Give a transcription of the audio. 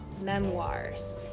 memoirs